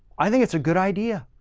i think it's a good idea.